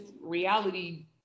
reality